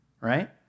right